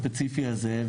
הספציפי הזה,